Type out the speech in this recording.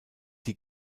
die